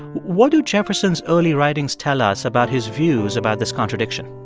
what do jefferson's early writings tell us about his views about this contradiction?